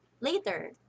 later